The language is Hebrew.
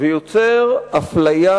ויוצר אפליה,